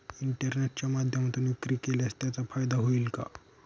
इंटरनेटच्या माध्यमातून विक्री केल्यास त्याचा फायदा होईल का?